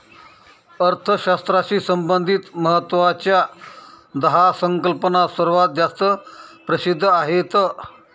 अर्थशास्त्राशी संबंधित महत्वाच्या दहा संकल्पना सर्वात जास्त प्रसिद्ध आहेत